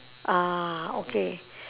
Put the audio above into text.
ah okay